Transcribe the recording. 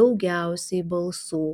daugiausiai balsų